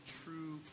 true